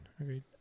agreed